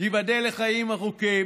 ייבדל לחיים ארוכים,